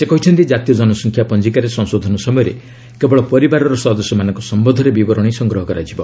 ସେ କହିଛନ୍ତି ଜାତୀୟ ଜନସଂଖ୍ୟା ପଞ୍ଜିକାରେ ସଂଶୋଧନ ସମୟରେ କେବଳ ପରିବାରର ସଦସ୍ୟମାନଙ୍କ ସମ୍ଭନ୍ଧରେ ବିବରଣୀ ସଂଗ୍ରହ କରାଯିବ